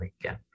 again